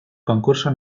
concurso